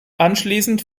anschließend